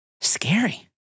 scary